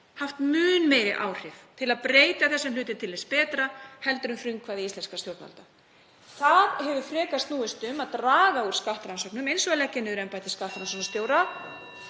haft mun meiri áhrif til að breyta þessum hlutum til hins betra heldur en frumkvæði íslenskra stjórnvalda. Það hefur frekar snúist um að draga úr skattrannsóknum eins og með því að leggja niður embætti skattrannsóknarstjóra,